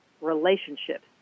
relationships